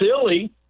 silly